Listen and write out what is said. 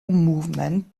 movement